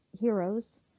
heroes